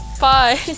bye